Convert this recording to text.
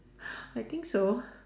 I think so